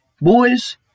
Boys